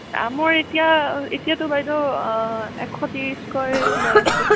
আমৰ এতিয়া এতিয়াতো বাইদেউ এশ ত্ৰিছকৈ লৈ আছোঁ